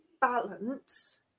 balance